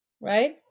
right